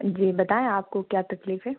जी बताएं आपको क्या तक़लीफ़ है